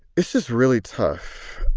it's just really tough.